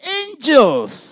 angels